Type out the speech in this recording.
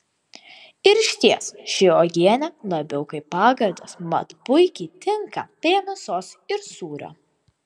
ir išties ši uogienė labiau kaip pagardas mat puikiai tinka prie mėsos ir sūrio